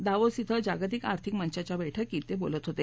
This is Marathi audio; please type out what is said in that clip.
दावोस क्वे जागतिक आर्थिक मंचाच्या बैठकीत ते बोलत होते